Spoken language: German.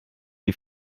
die